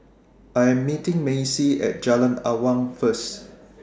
I'm meeting Macy At Jalan Awan First